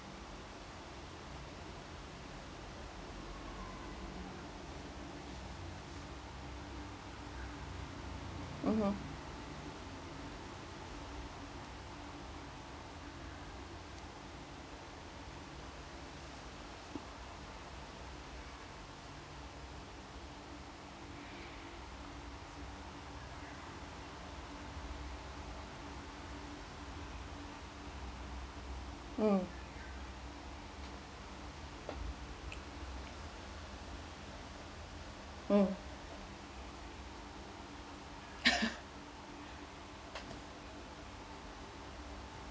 mmhmm mm mm